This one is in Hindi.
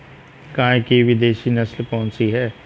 गाय की विदेशी नस्ल कौन सी है?